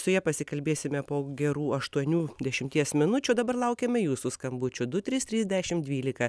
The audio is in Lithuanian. su ja pasikalbėsime po gerų aštuonių dešimties minučių dabar laukiame jūsų skambučių du trys trys dešim dvylika